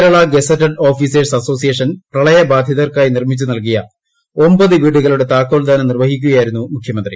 Kerala gazetted officers association പ്രളയബാധിതർക്കായി നിർമ്മിച്ചു നൽകിയ ഒമ്പതു വീടുകളുടെ താക്കോൽദാനം നിർവ്വഹിക്കുകയായിരുന്നു മുഖ്യമന്ത്രി